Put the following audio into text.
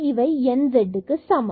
இவை nzக்கு சமம்